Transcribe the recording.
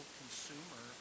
consumer